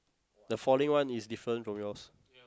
the falling one is different from yours